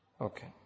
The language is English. Okay